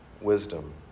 wisdom